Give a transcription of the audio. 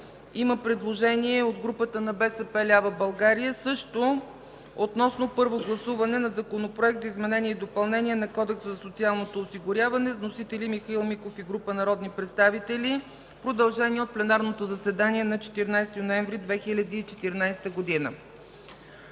Има предложение от групата на „БСП лява България”, също относно първо гласуване на Законопроекта за изменение и допълнение на Кодекса за социално осигуряване. Вносители са Михаил Миков и група народни представители. – Продължение от пленарното заседание на 14 ноември 2014 г.